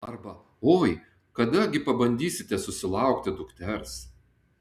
arba oi kada gi pabandysite susilaukti dukters